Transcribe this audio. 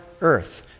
earth